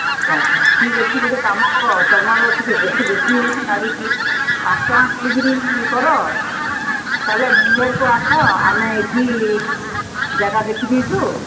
ଆଚ୍ଛା ଆଚ୍ଛା ଠିକ୍ ଅଛି ଗୋଟେ କାମ କର ତୁମର ଟିକେ ରେଟ୍ ବେଶୀ ହେଉଛି ଲାଗୁଛି ପାଞ୍ଚଟଙ୍କା କରିକିରି କର ଚାଲ ବେଙ୍ଗଲୋର୍କୁ ଆସ ଆମେ ଏଠି ଜାଗା ଦେଖିଦେଇଛୁ